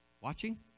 Watching